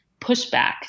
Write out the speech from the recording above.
pushback